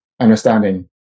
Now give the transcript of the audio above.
understanding